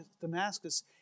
Damascus